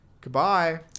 Goodbye